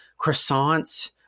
croissants